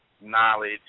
knowledge